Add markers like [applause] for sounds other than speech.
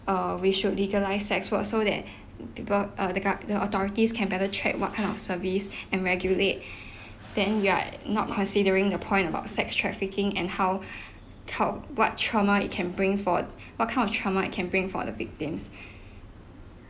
uh we should legalise sex work so that [breath] people uh the gov~ the authorities can better track what kind of service [breath] and regulate [breath] then you're not considering the point about sex trafficking and how [breath] trau~ what trauma it can bring for what kind of trauma it can bring for the victims [breath]